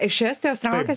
iš estijos traukias